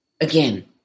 Again